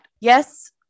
Yes